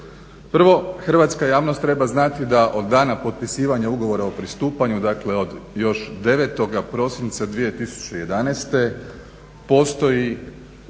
Prvo, hrvatska javnost treba znati da od dana potpisivanja ugovora o pristupanju, dakle od još 9. prosinca 2011., postoji